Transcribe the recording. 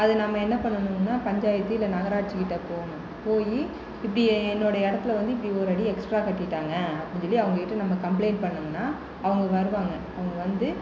அது நம்ம என்ன பண்ணணும்னால் பஞ்சாயத்து இல்லை நகராட்சி கிட்டே போகணும் போய் இப்படி என்னோடய இடத்துல வந்து இப்படி ஒரு அடி எக்ஸ்ட்ரா கட்டிவிட்டாங்க அப்படின் சொல்லி அவங்க கிட்டே நம்ம கம்ப்ளைன்ட் பண்ணோமுன்னால் அவங்க வருவாங்க அவங்க வந்து